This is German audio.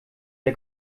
der